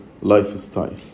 lifestyle